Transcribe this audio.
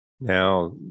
Now